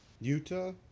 Utah